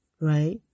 right